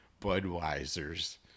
Budweiser's